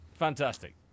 fantastic